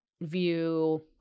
view